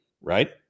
right